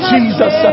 Jesus